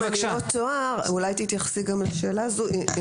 אולי תתייחסי גם לשאלה שלי.